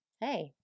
hey